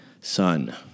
son